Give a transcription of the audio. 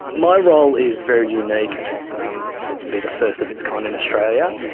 my role is very unique, and it's um said to be the first of its kind in australia.